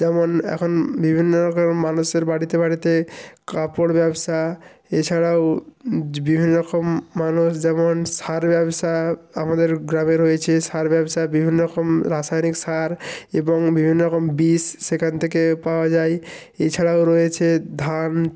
যেমন এখন বিভিন্ন রকমের মানুষের বাড়িতে বাড়িতে কাপড় ব্যবসা এছাড়াও বিভিন্ন রকম মানুষ যেমন সার ব্যবসা আমাদের গ্রামে রয়েছে সার ব্যবসা বিভিন্ন রকম রাসায়নিক সার এবং বিভিন্ন রকম বিষ সেখান থেকে পাওয়া যায় এছাড়াও রয়েছে ধান